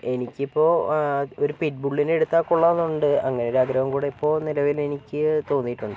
എനിക്കിപ്പോൾ ഒരു പിറ്റ് ബുള്ളിനെ എടുത്താൽ കൊള്ളാമെന്നുണ്ട് അങ്ങനെ ഒരു ആഗ്രഹവും കൂടെ ഇപ്പോൾ നിലവില് എനിക്ക് തോന്നിയിട്ടുണ്ട്